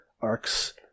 arcs